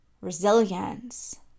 resilience